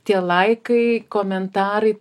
tie laikai komentarai